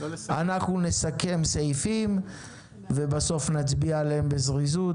אנחנו נסכם סעיפים ובסוף נצביע עליהם בזריזות,